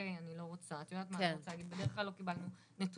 אני לא רוצה להגיד בדרך כלל כי לא קיבלנו נתונים,